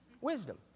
wisdom